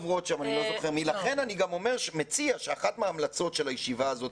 לכן אני מציע שאחת מהמלצות הישיבה הזאת